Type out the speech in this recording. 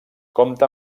compta